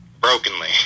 brokenly